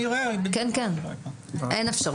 אין אפשרות.